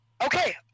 Okay